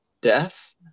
death